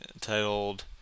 titled